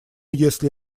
если